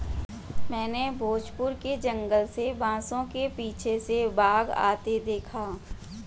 मैंने भोजपुर के जंगल में बांसों के पीछे से बाघ आते देखा